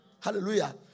Hallelujah